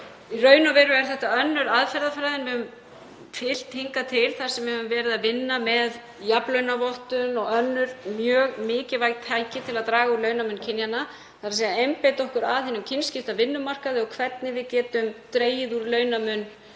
Í raun og veru er þetta önnur aðferðafræðin sem við höfum fylgt hingað til þar sem við höfum verið að vinna með jafnlaunavottun og önnur mjög mikilvæg tæki til að draga úr launamun kynjanna, þ.e. einbeita okkur að hinum kynskipta vinnumarkaði og hvernig við getum dregið úr launamun